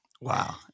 Wow